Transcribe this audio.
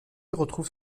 retrouve